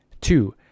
Two